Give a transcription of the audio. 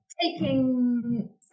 Taking